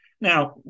Now